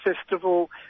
festival